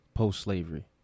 post-slavery